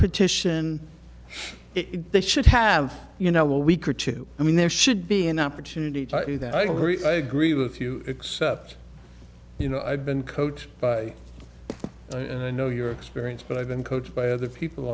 petition it should have you know week or two i mean there should be an opportunity to do that i agree i agree with you except you know i've been coached by and i know your experience but i've been coached by other people